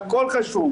והכול חשוב.